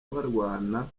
barwana